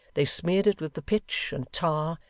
they smeared it with the pitch, and tar,